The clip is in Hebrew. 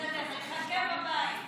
בסדר, נחכה בבית,